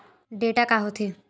Data का होथे?